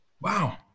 Wow